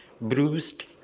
bruised